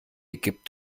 gibt